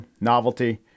novelty